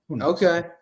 Okay